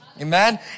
Amen